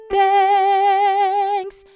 thanks